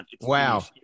wow